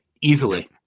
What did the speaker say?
Easily